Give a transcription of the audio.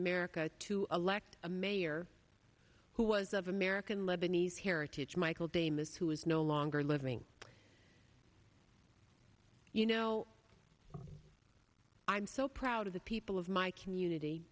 america to elect a mayor who was of american lebanese heritage michael damus who is no longer living you know i'm so proud of the people of my community